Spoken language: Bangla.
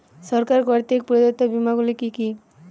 সরকার কর্তৃক প্রদত্ত বিমা গুলি কি কি?